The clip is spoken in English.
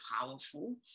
powerful